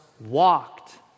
walked